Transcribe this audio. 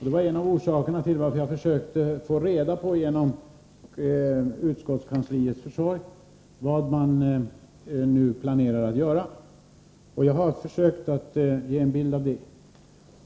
Det var en av orsakerna till att jag genom utskottskansliets försorg försökte få reda på vad man nu planerar att göra. Jag har försökt att ge en bild av det.